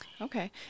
Okay